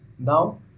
Now